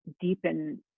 deepen